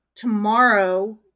Tomorrow